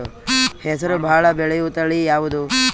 ಹೆಸರು ಭಾಳ ಬೆಳೆಯುವತಳಿ ಯಾವದು?